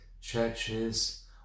churches